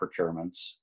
procurements